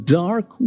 dark